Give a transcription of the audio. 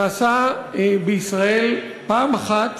נעשה בישראל פעם אחת